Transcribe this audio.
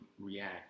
react